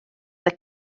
the